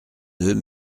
deux